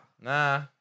nah